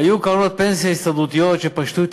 היו קרנות פנסיה הסתדרותיות שפשטו את